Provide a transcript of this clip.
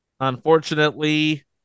Unfortunately